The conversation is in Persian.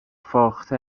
فاخته